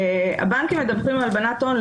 הבנקים מדווחים על הלבנת הון,